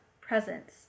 presence